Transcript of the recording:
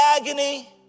agony